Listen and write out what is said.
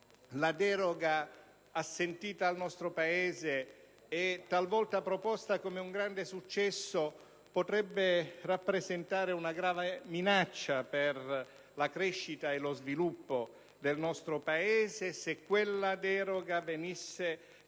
la deroga assentita all'Italia, e talvolta proposta come un grande successo, potrebbe rappresentare una grave minaccia per la crescita e lo sviluppo del nostro Paese se essa venisse